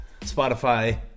Spotify